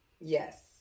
Yes